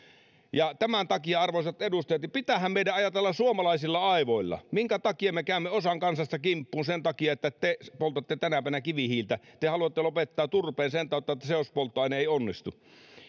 tämän takia arvoisat edustajat meidän pitää ajatella suomalaisilla aivoilla minkä takia me käymme osan kansasta kimppuun sen takia että te poltatte tänä päivänä kivihiiltä te haluatte lopettaa turpeen sen tautta että seospolttoaine ei onnistu